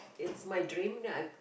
it's my dream then I